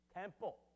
Temple